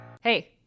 Hey